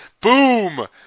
Boom